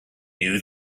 knew